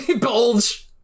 bulge